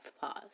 Pause